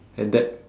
and that